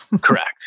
Correct